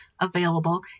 available